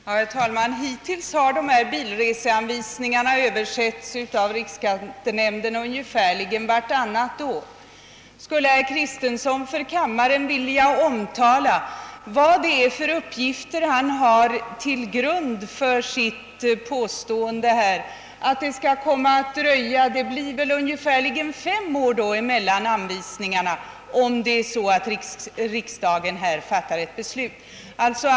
Herr talman! Hittills har dessa bilreseanvisningar översetts av riksskattenämnden ungefär vartannat år. Skulle herr Kristenson för kammaren vilja omtala på vilka uppgifter han grundar sitt påstående om att det kommer att dröja ett par år längre — det blir väl ungefär fem år då — tills nästa anvisning utfärdas, om riksdagen fattar beslut om en utredning?